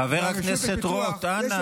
חבר הכנסת רוט, אנא.